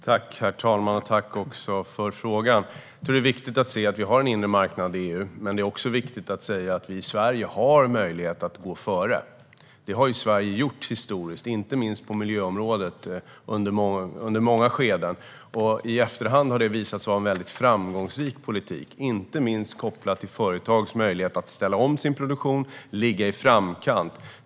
Herr talman! Tack, Said Abdu, för frågan! Det är viktigt att vi har en inre marknad i EU, men det är också viktigt att vi i Sverige har möjlighet att gå före. Det har Sverige gjort historiskt, inte minst på miljöområdet. I efterhand har det visat sig vara en framgångsrik politik, inte minst kopplat till företags möjlighet att ställa om sin produktion och ligga i framkant.